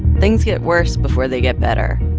things get worse before they get better.